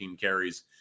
carries